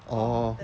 orh